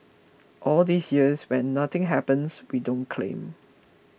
all these years when nothing happens we don't claim